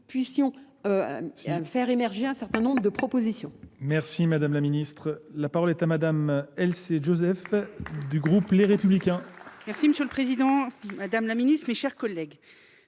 puissions faire émerger un certain nombre de propositions. Merci Merci Madame la Ministre. La parole est à Madame Elsie Joseph du groupe Les Républicains. Merci Monsieur le Président, Madame la Ministre, mes chers collègues.